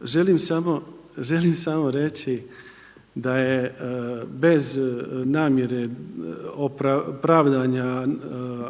Želim samo reći da je bez namjere pravdanja